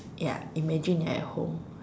ya imagine you're at home